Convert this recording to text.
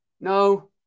No